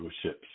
ships